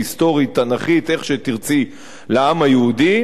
את החיבור הזה בחינם.